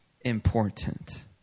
Important